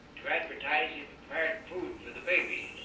to advertise his food for the babies.